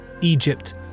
Egypt